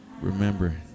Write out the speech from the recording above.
remember